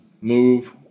Move